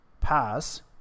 pass